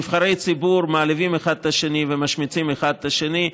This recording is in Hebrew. נבחרי הציבור מעליבים ומשמיצים אחד את השני.